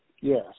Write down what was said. yes